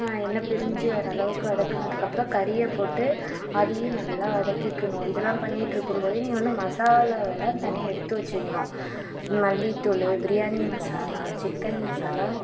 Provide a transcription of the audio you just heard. எண்ணெய் பிரிஞ்சு வர அளவுக்கு வதக்குனதுக்கப்றம் கறியை போட்டு அதையும் நல்லா வதக்கிக்கணும் இதலாம் பண்ணிட்டிருக்கும்போதே நீங்கள் வந்து மசாலாவலாம் தனியாக எடுத்து வச்சுக்கணும் மல்லி தூளு பிரியாணி மசாலா சிக்கன் மசாலா